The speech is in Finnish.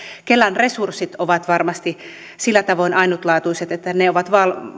kelan resurssit ovat varmasti sillä tavoin ainutlaatuiset että ne ovat